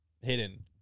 hidden